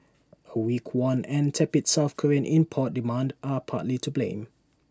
A weak won and tepid south Korean import demand are partly to blame